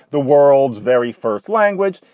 the world's very first language.